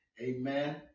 Amen